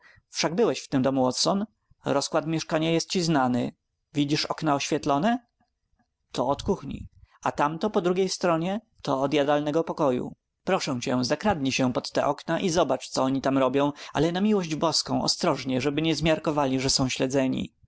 wszak byłeś w tym domu watson rozkład mieszkania jest ci znany widzisz okno oświetlone to od kuchni a tamto po drugiej stronie to od jadalnego pokoju proszę cię zakradnij się pod te okna i zobacz co oni tam robią ale na miłość boską ostrożnie żeby nie zmiarkowali że są śledzeni